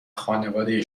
خانواده